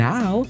Now